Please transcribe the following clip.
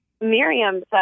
Miriam